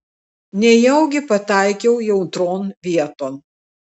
nejaugi pataikiau jautrion vieton